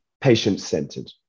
patient-centered